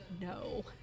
no